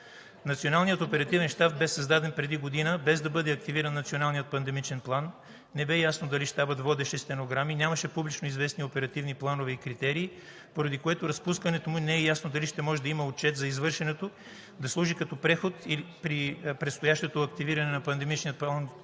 Националният оперативен щаб бе създаден преди година, без да бъде активиран Националният пандемичен план, не бе ясно дали Щабът водеше стенограми, нямаше публично известни оперативни планове и критерии, поради което с разпускането му не е ясно дали ще може да има отчет за извършеното, да служи като преход и при предстоящото активиране на Пандемичния план